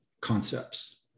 concepts